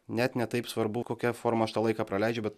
net ne taip svarbu kokia forma aš tą laiką praleidžiu bet